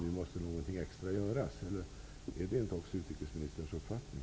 Nu måste någonting extra göras. Är det inte också utrikesministerns uppfattning?